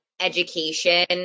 education